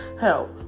help